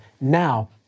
now